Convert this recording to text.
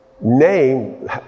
name